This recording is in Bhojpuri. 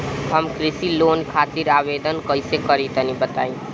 हम कृषि लोन खातिर आवेदन कइसे करि तनि बताई?